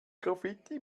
graffiti